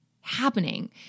happening